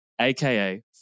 aka